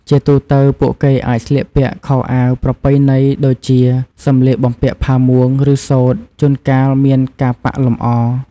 ជាទូទៅ ពួកគេអាចស្លៀកពាក់ខោអាវប្រពៃណីដូចេជា សម្លៀកបំពាក់ផាមួង ឬសូត្រ ជួនកាលមានការប៉ាក់លម្អ។